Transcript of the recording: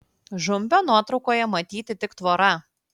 žumbio nuotraukoje matyti tik tvora